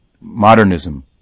Modernism